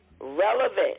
Relevant